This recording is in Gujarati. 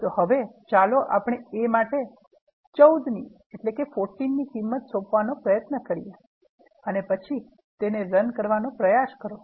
તો હવે ચાલો આપણે a માટે 14 ની કિંમત સોંપવાનો પ્રયત્ન કરીએ અને પછી તેને રન કરવાનો પ્રયાસ કરો